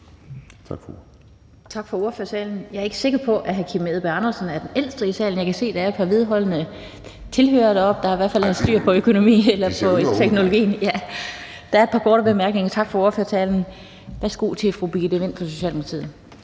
Tak for ordførertalen. Jeg er ikke sikker på, at hr. Kim Edberg Andersen er den ældste i salen. Jeg kan se, at der er et par vedholdende tilhørere deroppe, der i hvert fald har styr på økonomi eller på teknologi. (Kim Edberg Andersen (NB): De ser yngre ud). Ja. Der er et par korte bemærkninger. Værsgo til fru Birgitte Vind fra Socialdemokratiet.